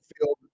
field